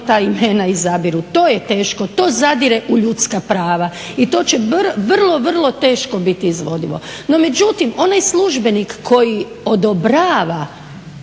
ta imena izabiru. To je teško, to zadire u ljudska prava i to će vrlo, vrlo teško biti izvodivo. No međutim onaj službenik koji odobrava